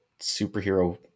superhero